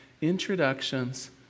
introductions